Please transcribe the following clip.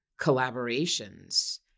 collaborations